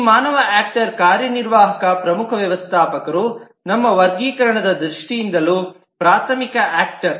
ಈ ಮಾನವ ಆಕ್ಟರ್ ಕಾರ್ಯನಿರ್ವಾಹಕ ಪ್ರಮುಖ ವ್ಯವಸ್ಥಾಪಕರು ನಮ್ಮ ವರ್ಗೀಕರಣದ ದೃಷ್ಟಿಯಿಂದಲೂ ಪ್ರಾಥಮಿಕ ಆಕ್ಟರ್